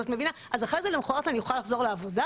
אז אחרי זה למוחרת אני יכולה לחזור לעבודה?